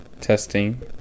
Testing